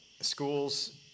schools